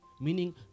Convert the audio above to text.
Meaning